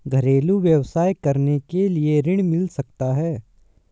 घरेलू व्यवसाय करने के लिए ऋण मिल सकता है?